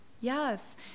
Yes